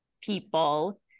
people